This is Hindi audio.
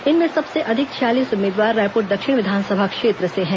इनमें सबसे अधिक छियालीस उम्मीदवार रायपुर दक्षिण विधानसभा क्षेत्र से है